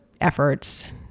efforts